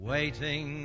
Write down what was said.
Waiting